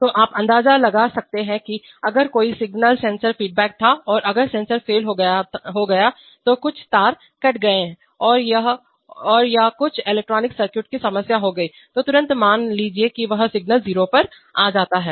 तो आप अंदाजा लगा सकते हैं कि अगर कोई सिंगल सेंसर फीडबैक था और अगर सेंसर फेल हो गया तो कुछ तार कट गए या कुछ इलेक्ट्रॉनिक सर्किट की समस्या हो गई तो तुरंत मान लीजिए कि यह सिग्नल 0 पर आ जाता है